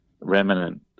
remnant